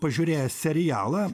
pažiūrėjęs serialą